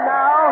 now